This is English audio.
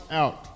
out